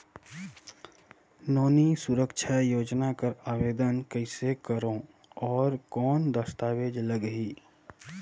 नोनी सुरक्षा योजना कर आवेदन कइसे करो? और कौन दस्तावेज लगही?